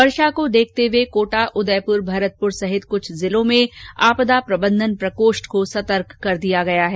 वर्षा को देखते हुए कोटा उदयपुर भरतपुर सहित कुछ जिलों में आपदा प्रबन्धन प्रकोष्ठ को सर्तक कर दिया गया है